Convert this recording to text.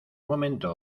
momento